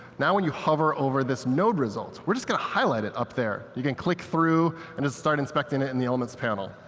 now when you hover over this node results, we're just going to highlight it up there. you can click through and just start inspecting it in the elements panel.